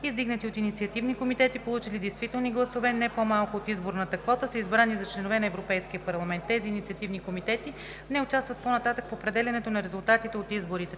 издигнати от инициативни комитети, получили действителни гласове не по-малко от изборната квота, са избрани за членове на Европейския парламент. Тези инициативни комитети не участват по-нататък в определянето на резултатите от изборите.